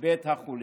לבית החולים.